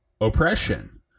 oppression